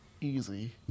easy